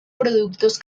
productos